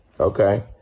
Okay